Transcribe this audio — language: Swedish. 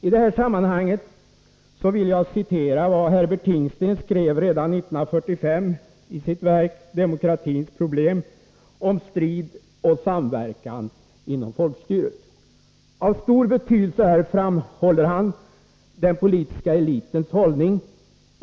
I detta sammanhang vill jag citera vad Herbert Tingsten skrev redan 1945 i sitt standardverk ”Demokratiens problem” om strid och samverkan inom folkstyret: Av stor betydelse är ”den politiska elitens hållning”.